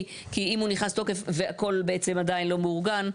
כי אם הוא נכנס לתוקף והכל בעצם עדיין לא מאורגן,